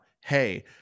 hey